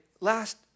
last